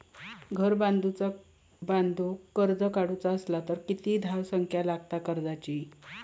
घर बांधूक कर्ज काढूचा असला तर किती धावसंख्या लागता कर्जाची?